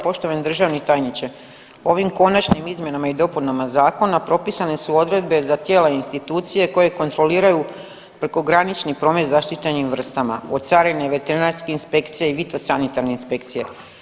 Poštovani državni tajniče, ovim konačnim izmjenama i dopunama zakona propisane su odredbe za tijela i institucije koje kontroliraju prekogranični promet zaštićenim vrstama, od carine i veterinarske inspekcije i fitosanitarne inspekcije.